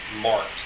marked